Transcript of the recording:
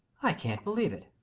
i can't belicve it.